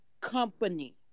company